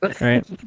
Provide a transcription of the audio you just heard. right